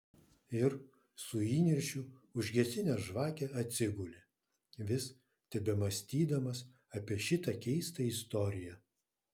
ir su įniršiu užgesinęs žvakę atsigulė vis tebemąstydamas apie šitą keistą istoriją